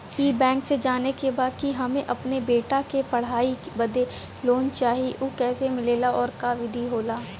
ई बैंक से जाने के बा की हमे अपने बेटा के पढ़ाई बदे लोन चाही ऊ कैसे मिलेला और का विधि होला?